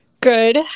good